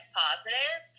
positive